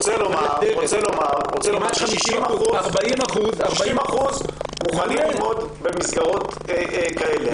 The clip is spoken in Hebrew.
רוצה לומר ש-60% מוכנים ללמוד במסגרות כאלה.